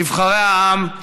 נבחרי עם,